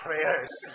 prayers